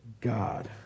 God